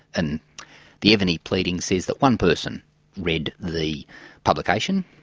and the evony pleading says that one person read the publication,